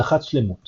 הבטחת שלמות